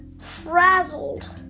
frazzled